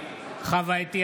חוה אתי